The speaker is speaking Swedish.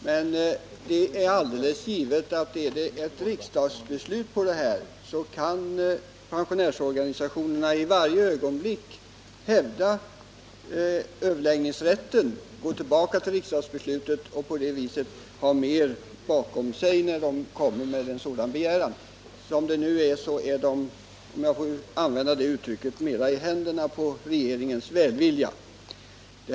Men det är alldeles givet att finns det ett riksdagsbeslut så kan pensionärsorganisationerna i varje ögonblick hävda överläggningsrätten genom att hänvisa till det beslutet. På det sättet får organisationerna mera tyngd bakom sina ord när de begär överläggningar. Som det nu är befinner sig organisationerna, om jag får använda det uttrycket, mera i händerna på regeringens välvilja.